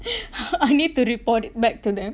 I need to report it back to them